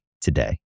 today